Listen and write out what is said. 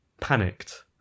panicked